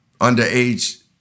underage